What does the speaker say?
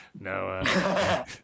No